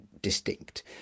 distinct